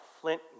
Flint